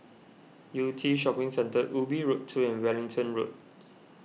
Yew Tee Shopping Centre Ubi Road two and Wellington Road